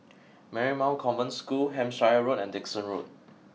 Marymount Convent School Hampshire Road and Dickson Road